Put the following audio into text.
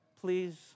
Please